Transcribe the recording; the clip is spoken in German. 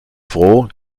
froh